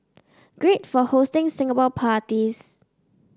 great for hosting Singapore parties